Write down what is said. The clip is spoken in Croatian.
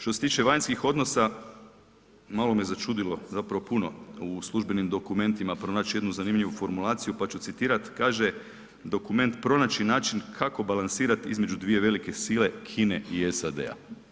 Što se tiče vanjskih odnosa, malo me začudilo zapravo puno u službenim dokumentima pronaći jednu zanimljivu formulaciju, pa ću citirati, kaže dokument pronaći način kako balansirati između dvije velike sile Kine i SAD-a.